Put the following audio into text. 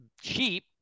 cheap